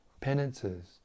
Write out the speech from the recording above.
penances